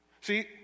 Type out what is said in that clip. See